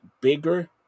bigger